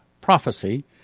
prophecy